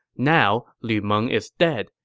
now, lu meng is dead,